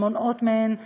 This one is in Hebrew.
וכך נמנעת מהן,